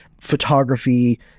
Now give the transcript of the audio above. photography